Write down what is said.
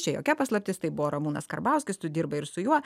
čia jokia paslaptis tai buvo ramūnas karbauskis tu dirbai ir su juo